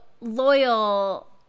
Loyal